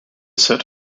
set